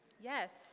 Yes